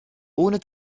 ohne